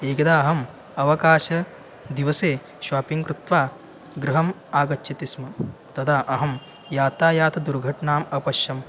एकदा अहम् अवकाशदिवसे शापिङ्ग् कृत्वा गृहम् आगच्छति स्म तदा अहं यातायातदुर्घटनाम् अपश्यम्